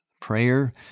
prayer